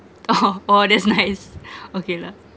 oh oh that's nice okay lah